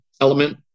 element